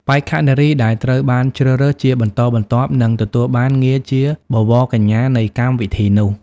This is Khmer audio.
បេក្ខនារីដែលត្រូវបានជ្រើសរើសជាបន្តបន្ទាប់នឹងទទួលបានងារជាបវរកញ្ញានៃកម្មវិធីនោះ។